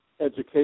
education